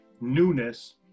newness